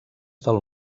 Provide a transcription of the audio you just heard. del